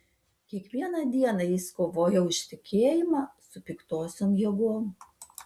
kiekvieną dieną jis kovojo už tikėjimą su piktosiom jėgom